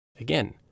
Again